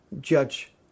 judge